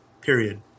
period